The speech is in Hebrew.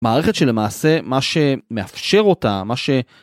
מערכת שלמעשה, מה שמאפשר אותה, מה ש...